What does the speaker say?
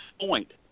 point